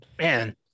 man